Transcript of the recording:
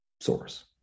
source